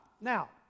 Now